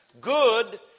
Good